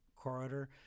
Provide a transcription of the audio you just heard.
corridor